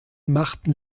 machten